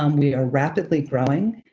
um we are rapidly growing.